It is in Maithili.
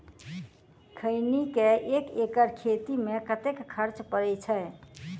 खैनी केँ एक एकड़ खेती मे कतेक खर्च परै छैय?